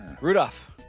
Rudolph